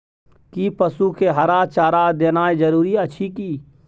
कि पसु के हरा चारा देनाय जरूरी अछि की?